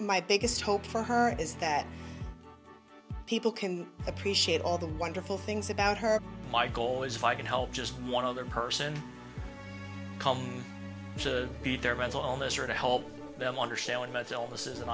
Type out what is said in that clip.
my biggest hope for her is that people can appreciate all the wonderful things about her my goal is if i can help just one other person come to be their resoluteness or to help